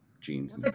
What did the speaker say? jeans